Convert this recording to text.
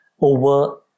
over